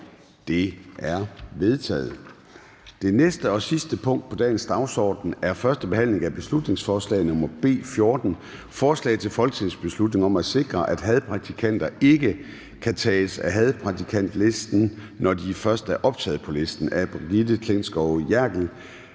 Det er vedtaget. --- Det sidste punkt på dagsordenen er: 12) 1. behandling af beslutningsforslag nr. B 14: Forslag til folketingsbeslutning om at sikre, at hadprædikanter ikke kan tages af hadprædikantlisten, når de først er optaget på listen. Af Brigitte Klintskov Jerkel